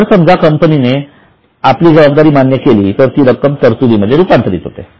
जर समजा कंपनीने आपली जबाबदारी मान्य केली तर ती रक्कम तरतुदीमध्ये रूपांतरित होते